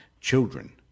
children